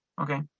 Okay